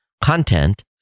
content